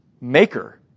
maker